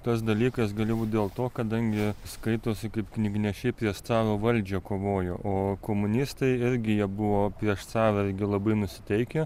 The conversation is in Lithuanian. tas dalykas gali būti dėl to kadangi skaitosi kaip knygnešiai prieš caro valdžią kovojo o komunistai irgi jie buvo prieš carą irgi labai nusiteikę